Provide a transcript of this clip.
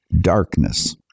darkness